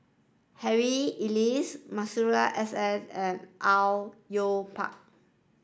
Harry Elias Masuri S N and Au Yue Pak